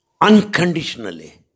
Unconditionally